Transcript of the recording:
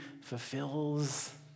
fulfills